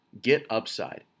GetUpside